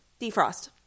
defrost